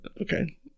Okay